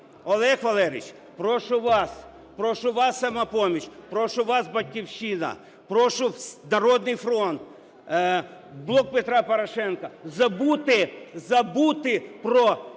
Олег Валерійович, прошу вас, прошу вас, "Самопоміч", прошу вас, "Батьківщина", прошу "Народний фронт", "Блок Петра Порошенка" забути, забути про